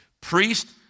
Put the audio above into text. Priest